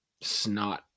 Snot